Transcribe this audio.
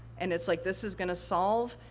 and it's like, this is gonna solve,